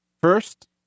First